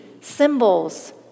symbols